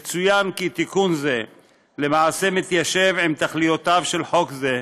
יצוין כי תיקון זה למעשה מתיישב עם תכליותיו של חוק זה,